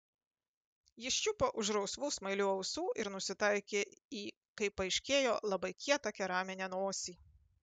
jis čiupo už rausvų smailių ausų ir nusitaikė į kaip paaiškėjo labai kietą keraminę nosį